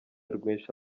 rwinshi